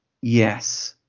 yes